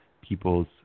people's